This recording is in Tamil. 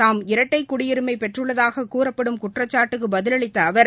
தாம் இரட்டை குடியுரிமை பெற்றுள்ளதாக கூறப்படும் குற்றச்சாட்டுக்கு பதிலளித்த அவர்